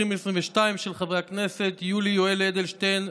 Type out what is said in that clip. של חבר הכנסת יואל אדלשטיין,